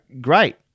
great